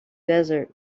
desert